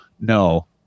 No